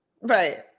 Right